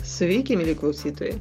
sveiki mieli klausytojai